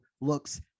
looks